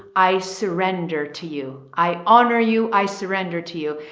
i surrender to you. i honor you. i surrender to you.